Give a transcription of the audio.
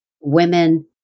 Women